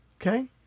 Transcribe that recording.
Okay